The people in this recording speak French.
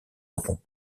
rond